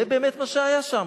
זה באמת מה שהיה שם.